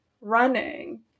running